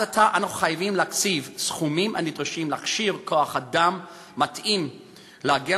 עתה אנו חייבים להקציב את הסכומים הנדרשים להכשיר כוח-אדם מתאים להגן